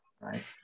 right